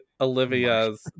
Olivia's